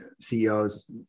CEOs